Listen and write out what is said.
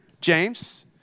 James